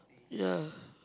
ya